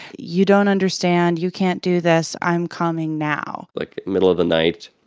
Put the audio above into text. you don't understand. you can't do this. i'm coming now like middle of the night,